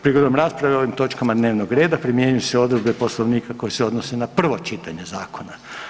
Prigodom rasprave o ovoj točki dnevnog reda primjenjuju se odredbe Poslovnika koje se odnose na prvo čitanje zakona.